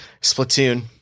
Splatoon